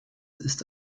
ist